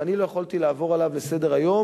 ואני לא יכולתי לעבור עליו לסדר-היום,